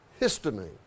histamine